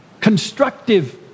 constructive